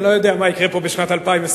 אני לא יודע מה יקרה פה בשנת 2026,